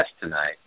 tonight